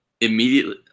immediately